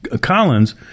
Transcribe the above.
Collins